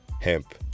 hemp